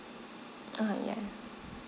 uh yeah